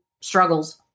struggles